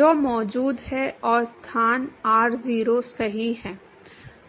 जो मौजूद है और स्थान r0 सही है